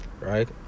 Right